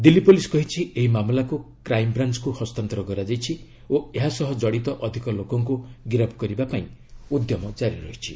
Delhi police କହିଛି ଏହି ମାମଲାକୁ କ୍ରାଇମ୍ବ୍ରାଞ୍ଚକୁ ହସ୍ତାନ୍ତର କରାଯାଇଛି ଓ ଏହା ସହ ଜଡ଼ିତ ଅଧିକ ଲୋକଙ୍କୁ ଗିରଫ କରିବା ପାଇଁ ଉଦ୍ୟମ ଜାରି ରହିଛି